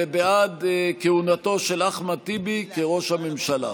ובעד כהונתו של אחמד טיבי כראש הממשלה.